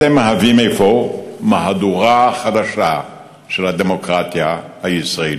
אתם מהווים אפוא מהדורה חדשה של הדמוקרטיה הישראלית.